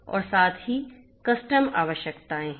और साथ ही कस्टम आवश्यकताएं हैं